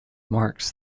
marks